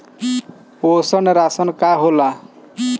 पोषण राशन का होला?